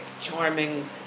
charming